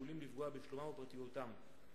עלולים לפגוע בשלומם ובפרטיותם.